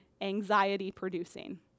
anxiety-producing